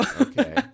Okay